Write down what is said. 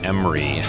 Emery